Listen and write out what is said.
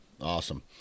Awesome